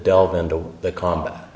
delve into the combat